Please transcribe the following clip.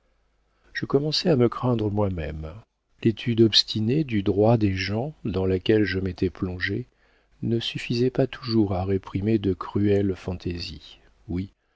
je commençais à me craindre moi-même l'étude obstinée du droit des gens dans laquelle je m'étais plongé ne suffisait pas toujours à réprimer de cruelles fantaisies oui